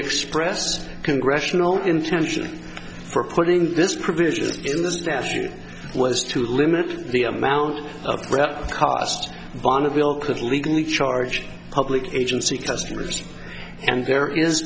express congressional intention for quoting this provision in this vast area was to limit the amount of cost bonneville could legally charge public agency customers and there is